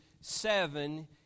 seven